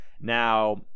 now